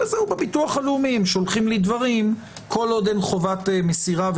הזה בביטוח הלאומי הם שולחים לי דברים כל עוד אין חובת מסירה,